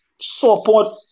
support